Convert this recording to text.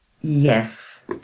Yes